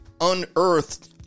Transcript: unearthed